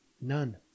None